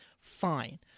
Fine